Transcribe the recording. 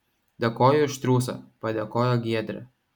dėkoju už triūsą padėkojo giedrė